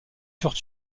furent